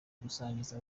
gusangiza